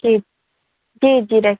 जी जी जी रे